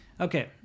Okay